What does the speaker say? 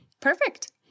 Perfect